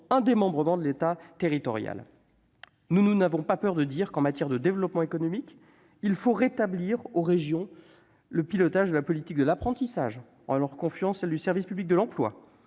un démembrement de l'État territorial. Nous n'avons pas peur de dire que, en matière de développement économique, il faut rendre aux régions le pilotage de la politique de l'apprentissage en leur confiant celle du service public de l'emploi.